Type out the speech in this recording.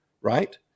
right